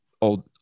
old